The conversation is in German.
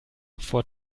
vor